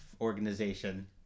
Organization